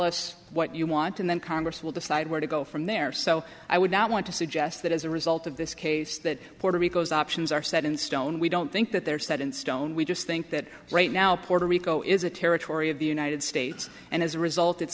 us what you want and then congress will decide where to go from there so i would not want to suggest that as a result of this case that puerto rico's options are set in stone we don't think that they're set in stone we just think that right now puerto rico is a territory of the united states and as a result it's